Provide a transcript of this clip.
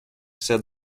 said